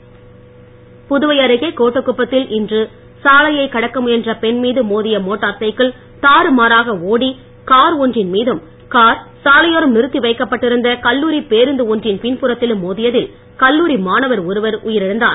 புதுவை விபத்து புதுவை அருகே கோட்டக்குப்பத்தில் இன்று சாலையை கடக்க முயன்ற பெண் மீது மோதிய மோட்டார் சைக்கிள் தாறுமாறாக ஓடி கார் ஒன்றின் மீதும் கார் சாலையோரம் நிறுத்தி வைக்கப்பட்டிருந்த கல்லூரி பேருந்து ஒன்றின் பின்புறத்திலும் மோதியதில் கல்லூரி மாணவர் ஒருவர் உயிரிழந்தார்